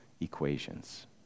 equations